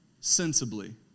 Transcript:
sensibly